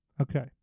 Okay